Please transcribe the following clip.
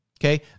Okay